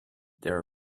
their